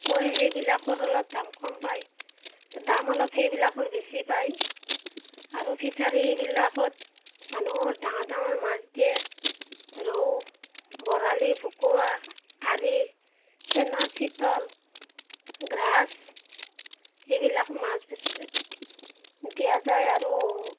কাৱৈ সেইবিলাকৰ অলপ দাম কম পায় দাম অলপ সেইবিলাকৰ বেছি পায় আৰু ফিচাৰীবিলাকত মানুহৰ ডাঙৰ ডাঙৰ মাছ দিয়ে ৰৌ বৰালি ভকুৱা আৰি চেনাৰ চিতল গ্ৰাছ এইবিলাক মাছ বেছি দিয়া যায় আৰু